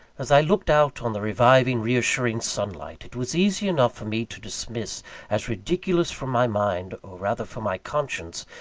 as i looked out on the reviving, re-assuring sunlight, it was easy enough for me to dismiss as ridiculous from my mind, or rather from my conscience,